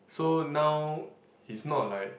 so now is not like